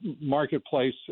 marketplace